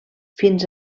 fins